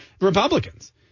Republicans